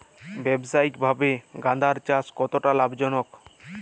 ব্যবসায়িকভাবে গাঁদার চাষ কতটা লাভজনক?